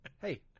hey